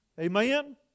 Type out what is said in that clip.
Amen